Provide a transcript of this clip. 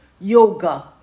yoga